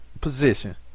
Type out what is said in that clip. position